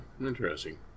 interesting